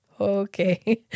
okay